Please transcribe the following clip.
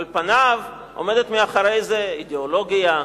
על פניו עומדת מאחורי זה אידיאולוגיה,